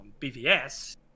BVS